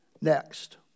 next